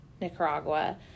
Nicaragua